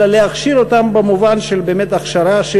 אלא להכשיר אותם במובן של הכשרה של